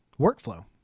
workflow